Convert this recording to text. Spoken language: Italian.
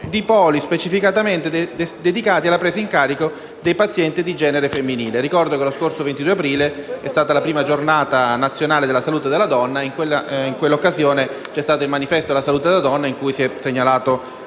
di poli specificamente dedicati alla presa in carico dei pazienti di genere femminile. Ricordo che lo scorso 22 aprile è stata la prima giornata nazionale della salute della donna e in quella occasione vi è stato il manifesto della salute della donna in cui si è segnalata,